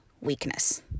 weakness